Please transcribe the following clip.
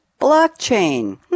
blockchain